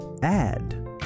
Add